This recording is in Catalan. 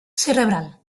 cerebral